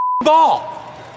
ball